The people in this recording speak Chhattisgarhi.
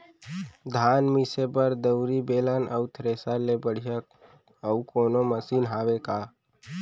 धान मिसे बर दउरी, बेलन अऊ थ्रेसर ले बढ़िया अऊ कोनो मशीन हावे का?